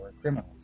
criminals